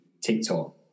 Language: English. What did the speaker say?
TikTok